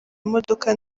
imodoka